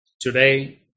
Today